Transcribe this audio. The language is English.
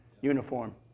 uniform